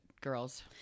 girls